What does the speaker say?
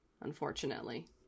Unfortunately